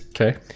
Okay